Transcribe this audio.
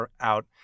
out